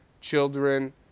children